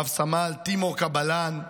רב-סמל תיימור קבלאן,